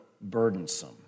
burdensome